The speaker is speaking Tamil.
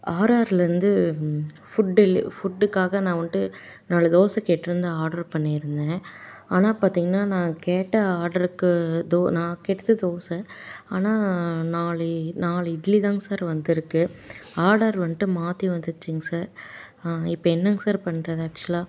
ஆர்ஆர்லேர்ந்து ஃபுட் டெல் ஃபுட்டுக்காக நான் வந்துட்டு நாலு தோசை கேட்டிருந்து ஆர்டர் பண்ணியிருந்தேன் ஆனால் பார்த்திங்கன்னா நான் கேட்ட ஆர்ட்ருக்கு தோ நான் கேட்டது தோசை ஆனால் நாலு நாலு இட்லி தான்ங்க சார் வந்திருக்கு ஆர்டர் வந்துட்டு மாற்றி வந்துடுச்சிங்க சார் இப்போ என்னங்க சார் பண்ணுறது ஆக்சுவல்லாக